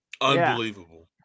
Unbelievable